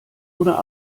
oder